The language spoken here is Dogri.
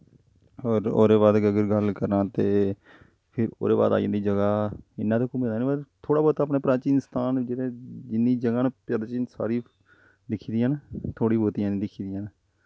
होर ओह्दे बाद अगर गल्ल करां ते फिर ओह्दे बाद आई जंदी जगह् इन्ना ते मिगी पता निं पर थोह्ड़ा बौह्ता अपना प्राचीन स्थान जेह्दे जिन्नी जगह् न सारी दिक्खी दियां न थोह्ड़ी बौह्ती निं दिक्खी दियां